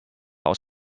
aus